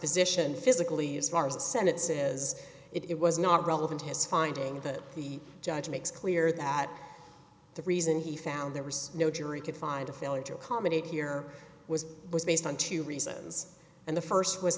juxtaposition physically as far as the senate says it was not relevant to his finding that the judge makes clear that the reason he found there was no jury could find a failure to accommodate here was was based on two reasons and the first was